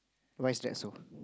why is that so